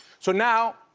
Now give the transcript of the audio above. so now,